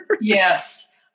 yes